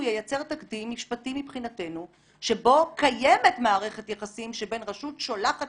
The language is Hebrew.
הוא ייצר תקדים משפטי מבחינתנו שבו קיימת מערכת יחסית שבין רשות שולחת